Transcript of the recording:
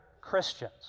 Christians